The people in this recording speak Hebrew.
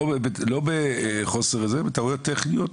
לא בחוסר, בטעויות טכניות,